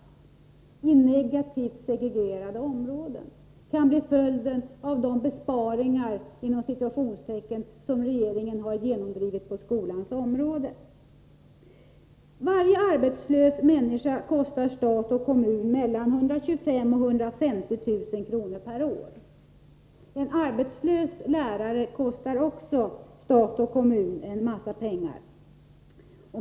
Sådana stora klasser i negativt segregerade områden kan bli följden av de ”besparingar” som regeringen har genomdrivit på skolans område. Varje arbetslös människa kostar stat och kommun mellan 125000 och 150000 kr. per år. En arbetslös lärare kostar också stat och kommun en massa pengar.